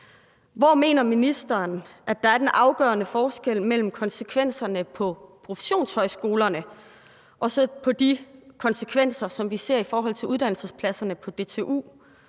Hvor mener ministeren at der er den afgørende forskel mellem konsekvenserne på professionshøjskolerne og så de konsekvenser, som vi ser i forhold til uddannelsespladserne på DTU?